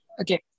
Okay